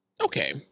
Okay